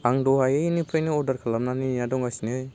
आं दहायनिफ्रायनो अर्डार खालामनानै नेना दंगासिनो